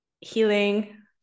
healing